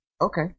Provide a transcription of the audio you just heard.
Okay